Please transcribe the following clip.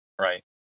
right